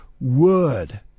Word